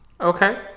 Okay